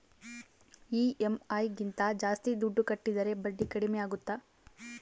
EMI ಗಿಂತ ಜಾಸ್ತಿ ದುಡ್ಡು ಕಟ್ಟಿದರೆ ಬಡ್ಡಿ ಕಡಿಮೆ ಆಗುತ್ತಾ?